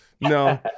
no